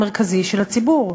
המרכזי של הציבור.